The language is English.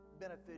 benefit